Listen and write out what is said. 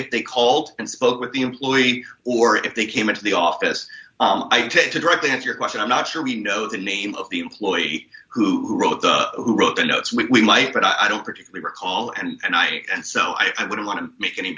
if they called and spoke with the employee or if they came into the office i tend to directly answer your question i'm not sure we know the name of the employee who wrote the who wrote the notes we might but i don't particularly recall and i and so i don't want to make any